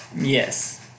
Yes